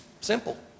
Simple